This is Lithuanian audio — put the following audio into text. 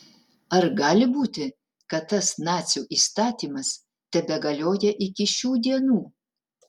ar gali būti kad tas nacių įstatymas tebegalioja iki šių dienų